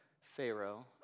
Pharaoh